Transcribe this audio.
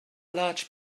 large